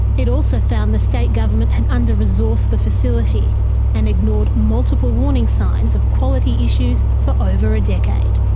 it also found the state government had under-resourced the facility and ignored multiple warning signs of quality issues for over a decade.